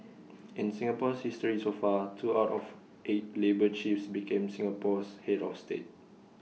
in Singapore's history so far two out of eight labour chiefs became Singapore's Head of state